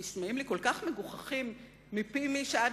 נשמעים לי כל כך מגוחכים מפי מי שעד